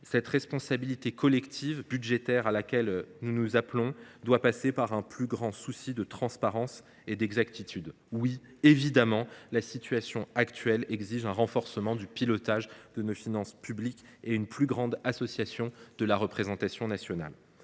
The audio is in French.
la responsabilité budgétaire collective à laquelle nous appelons implique un plus grand souci de transparence et d’exactitude. La situation actuelle exige un renforcement du pilotage de nos finances publiques et une plus grande association de la représentation nationale.